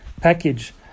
package